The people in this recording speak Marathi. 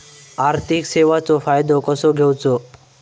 आर्थिक सेवाचो फायदो कसो घेवचो?